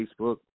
Facebook